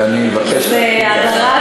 זו הדרת